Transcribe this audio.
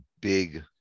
big